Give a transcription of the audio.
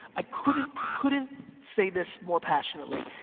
i couldn't couldn't say this more passionately.